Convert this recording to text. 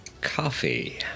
coffee